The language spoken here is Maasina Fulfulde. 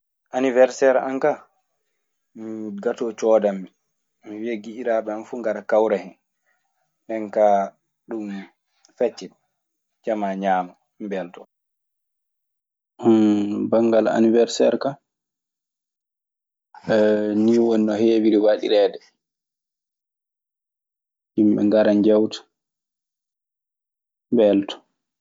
Aniwerseer ankaa gatoo coodanmi, mi wiya giƴiraaɓe am fuu ngara. ndenkaa min pecca, jamaa ñaama min mbeeltoo. Banngal aniwerseer ka, nii woni no heewiri waɗireede. Yimɓe ngaran njewta, mbeltoo.